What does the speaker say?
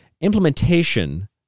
implementation